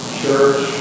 church